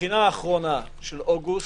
הבחינה האחרונה של אוגוסט,